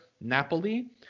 Napoli